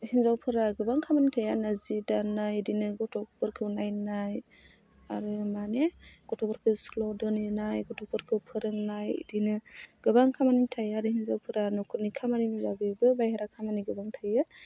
हिन्जावफोरा गोबां खामानि थायो आरोना जि दानाय बिदिनो गथ'फोरखौ नायनाय आरो माने गथ'फोरखौ स्कुलाव दोनहैनाय गथ'फोरखौ फोरोंनाय बिदिनो गोबां खामानि थायो आरो हिन्जावफोरा नख'रनि खामानिनि बागैबो बाइहेरा खामानि गोबां थायो